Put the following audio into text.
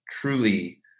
truly